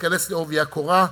להיכנס בעובי הקורה,